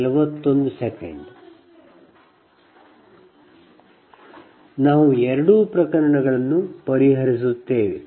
ನಾವು ಎರಡೂ ಪ್ರಕರಣಗಳನ್ನು ಪರಿಹರಿಸುತ್ತೇವೆ